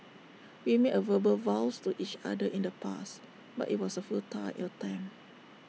we made verbal vows to each other in the past but IT was A futile attempt